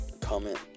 comment